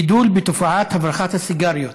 גידול בתופעת הברחת הסיגריות.